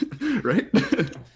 Right